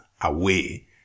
away